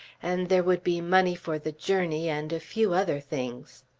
and there would be money for the journey and a few other things.